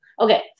Okay